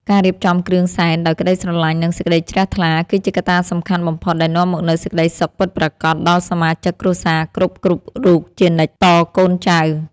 ការរៀបចំគ្រឿងសែនដោយក្តីស្រឡាញ់និងសេចក្តីជ្រះថ្លាគឺជាកត្តាសំខាន់បំផុតដែលនាំមកនូវសេចក្តីសុខពិតប្រាកដដល់សមាជិកគ្រួសារគ្រប់ៗរូបជានិច្ចតកូនចៅ។